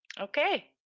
Okay